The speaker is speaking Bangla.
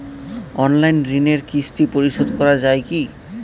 অনলাইন ঋণের কিস্তি পরিশোধ করা যায় কি?